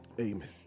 Amen